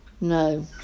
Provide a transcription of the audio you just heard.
no